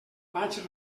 vaig